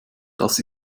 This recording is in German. das